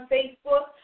Facebook